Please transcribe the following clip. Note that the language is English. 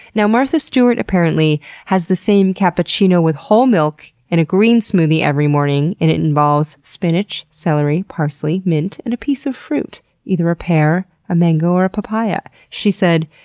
now martha stewart apparently has the same cappuccino with whole milk and a green smoothie every morning and it involves spinach, celery, parsley, mint and a piece of fruit either a pear, a mango or a papaya. she said,